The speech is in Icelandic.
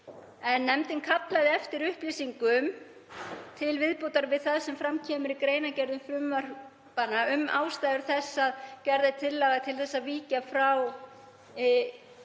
en nefndin kallaði eftir upplýsingum til viðbótar við það sem fram kemur í greinargerðum frumvarpanna um ástæður þess að gerð er tillaga um að víkja í